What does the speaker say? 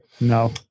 No